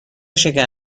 شکر